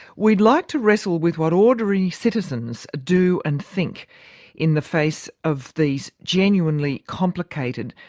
we'd like to wrestle with what ordinary citizens do and think in the face of these genuinely complicated,